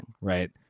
right